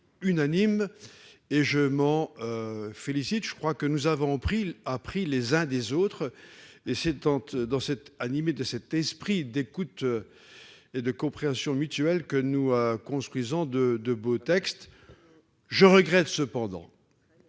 je m'en félicite. Nous avons appris les uns des autres. Et animés de cet esprit d'écoute et de compréhension mutuelle, nous construisons de beaux textes. Je regrette cependant